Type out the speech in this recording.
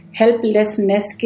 helplessness